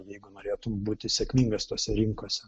jeigu norėtum būti sėkmingas tose rinkose